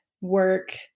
work